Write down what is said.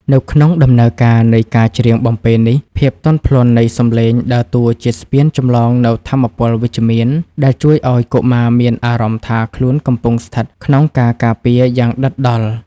នៅក្នុងដំណើរការនៃការច្រៀងបំពេនេះ ភាពទន់ភ្លន់នៃសំឡេងដើរតួជាស្ពានចម្លងនូវថាមពលវិជ្ជមាន ដែលជួយឱ្យកុមារមានអារម្មណ៍ថាខ្លួនកំពុងស្ថិតក្នុងការការពារយ៉ាងដិតដល់។